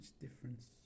difference